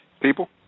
people